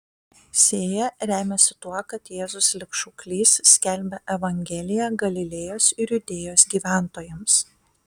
sėja remiasi tuo kad jėzus lyg šauklys skelbia evangeliją galilėjos ir judėjos gyventojams